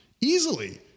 easily